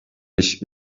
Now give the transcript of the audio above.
beş